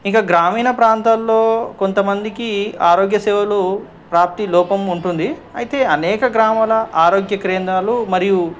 ఇంక గ్రామీణ ప్రాంతాలలో కొంతమందికి ఆరోగ్య సేవలు ప్రాప్తి లోపం ఉంటుంది అయితే అనేక గ్రామాల ఆరోగ్య కేంద్రాలు మరియు